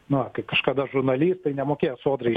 nu va kai kažkada žurnalistai nemokėjo sodrai